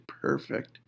perfect